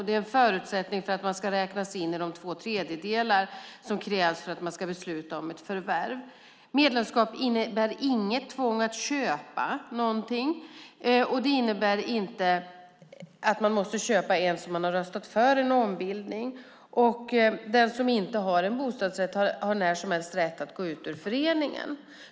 Det är en förutsättning för att man ska räknas in i de två tredjedelar som krävs för att föreningen ska kunna besluta om ett förvärv. Medlemskap innebär inget tvång att köpa någonting. Det innebär inte att man måste köpa ens om man har röstat för en ombildning. Den som inte har en bostadsrätt har när som helst rätt att gå ur föreningen.